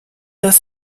dass